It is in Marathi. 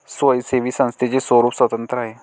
स्वयंसेवी संस्थेचे स्वरूप स्वतंत्र आहे